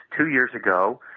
two years ago,